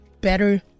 better